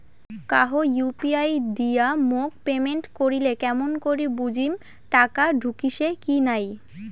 কাহো ইউ.পি.আই দিয়া মোক পেমেন্ট করিলে কেমন করি বুঝিম টাকা ঢুকিসে কি নাই?